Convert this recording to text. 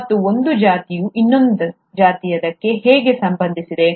ಮತ್ತು ಒಂದು ಜಾತಿಯು ಇನ್ನೊಂದಕ್ಕೆ ಹೇಗೆ ಸಂಬಂಧಿಸಿದೆ